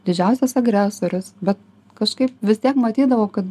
didžiausias agresorius bet kažkaip vis tiek matydavau kad